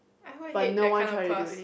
I hate that kind of class